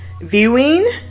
viewing